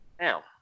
Now